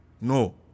No